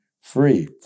free